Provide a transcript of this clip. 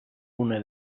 una